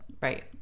Right